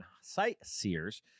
sightseers